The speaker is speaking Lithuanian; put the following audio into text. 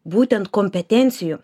būtent kompetencijų